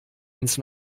ins